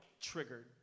triggered